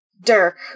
Dirk